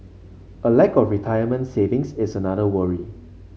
a lack of retirement savings is another worry